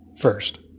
First